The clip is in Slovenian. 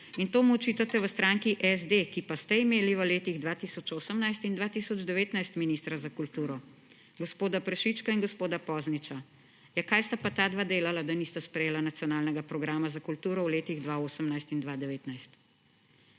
in to mu očitate v stranki SD, ki pa ste imeli v letih 2018 in 2019 ministra za kulturo gospoda Prašička in gospoda Pozniča. Ja, kaj sta pa ta dva delala, da nista sprejela Nacionalnega program za kulturo v letih 2018 in 2019?